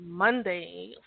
Monday